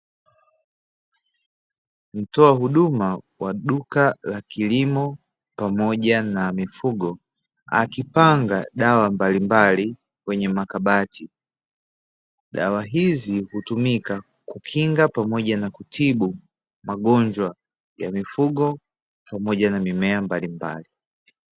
Mtoa huduma wa duka la kilimo pamoja na mifugo, akipanga dawa mbalimbali kwenye makabati. Dawa hizi hutumika kukinga pamoja na kutibu, magonjwa ya mifugo pamoja na mimea mbalimbali.